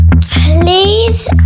please